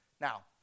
Now